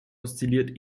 oszilliert